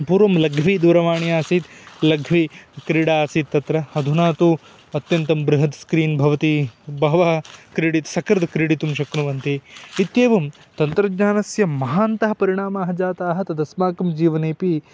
पूर्वं लघ्वी दूरवाणी आसीत् लघ्वी क्रीडा आसीत् तत्र अधुना तु अत्यन्तं बृहद् स्क्रीन् भवति बहवः क्रीडित् सकृद् क्रीडितुं शक्नुवन्ति इत्येवं तन्त्रज्ञानस्य महान्तः परिणामाः जाताः तदस्माकं जीवनेऽपि